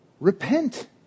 Repent